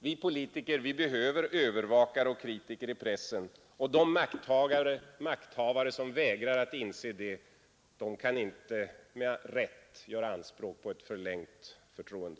Vi politiker behöver övervakare och kritiker i pressen, och de makthavare som vägrar att inse det kan inte med rätta göra anspråk på ett förlängt förtroende.